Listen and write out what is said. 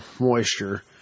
moisture